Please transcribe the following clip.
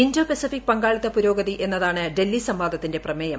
Indo Pacific പങ്കാളിത്ത പുരോഗതി എന്നതാണ് ഡൽഹി സംവാദത്തിന്റെ പ്രമേയം